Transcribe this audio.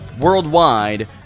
worldwide